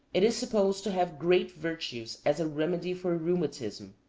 it is supposed to have great virtues as a remedy for rheumatism.